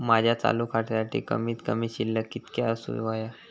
माझ्या चालू खात्यासाठी कमित कमी शिल्लक कितक्या असूक होया?